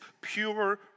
pure